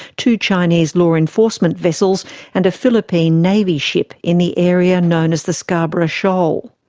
two chinese law enforcement vessels and a philippine navy ship in the area known as the scarborough shoal.